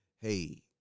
hey